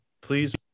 Please